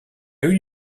une